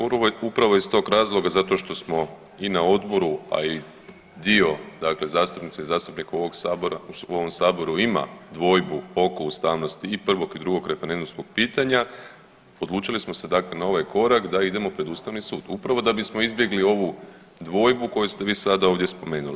Upravo iz tog razloga zato što smo i na Odboru, a i dio dakle zastupnica i zastupnika ovoga Sabora odnosno u ovom Saboru ima dvojbu oko ustavnosti i prvog i drugog referendumskog pitanja odlučili smo se dakle na ovaj korak da idemo pred Ustavni sud upravo da bismo izbjegli ovu dvojbu koju ste vi sada ovdje spomenuli.